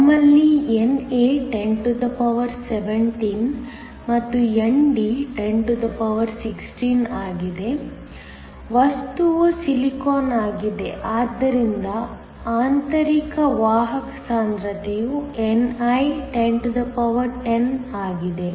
ನಮ್ಮಲ್ಲಿ NA 1017 ಮತ್ತು ND 1016 ಆಗಿದೆ ವಸ್ತುವು ಸಿಲಿಕಾನ್ ಆಗಿದೆ ಆದ್ದರಿಂದ ಆಂತರಿಕ ವಾಹಕ ಸಾಂದ್ರತೆಯು ni 1010 ಆಗಿದೆ